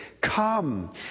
come